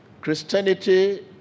Christianity